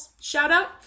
shout-out